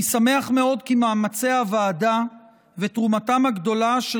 אני שמח מאוד כי מאמצי הוועדה ותרומתם הגדולה של